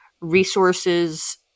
resources